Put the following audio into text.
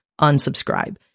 unsubscribe